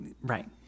right